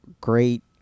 great